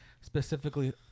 Specifically